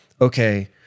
okay